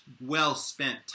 well-spent